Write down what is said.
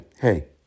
hey